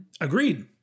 Agreed